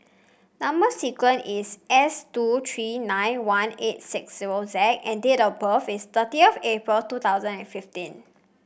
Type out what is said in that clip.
number sequence is S two three nine one eight six zero Z and date of birth is thirtieth April two thousand and fifteen